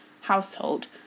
household